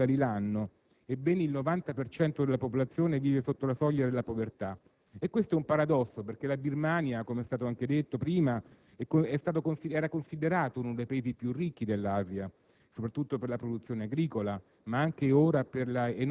Il reddito *pro capite* è di 225 dollari l'anno e ben il 90 per cento della popolazione vive sotto la soglia della povertà. Questo è un paradosso, perché la Birmania, come è stato anche detto prima, era considerato uno dei Paesi più ricchi dell'Asia,